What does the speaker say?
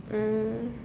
mm